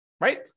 right